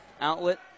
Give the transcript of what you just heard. Outlet